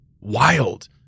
wild